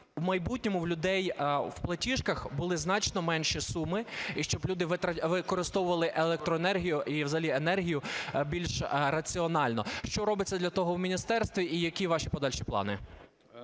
в майбутньому в людей в платіжках були значно менші суми і щоб люди використовували електроенергію, і взагалі енергію, більш раціонально. Що робиться для того в міністерстві і які ваші подальші плани?